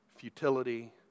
futility